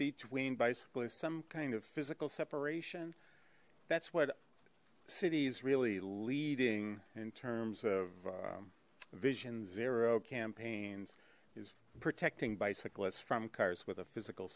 between bicycle is some kind of physical separation that's what city is really leading in terms of vision zero campaigns is protecting bicyclists from cars with a physical